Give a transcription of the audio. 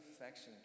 affection